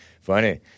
Funny